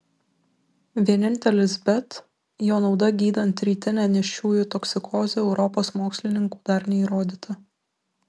vienintelis bet jo nauda gydant rytinę nėščiųjų toksikozę europos mokslininkų dar neįrodyta